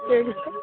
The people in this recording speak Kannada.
ಹೇಳಿ ಸರ್